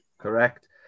Correct